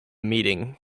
meeting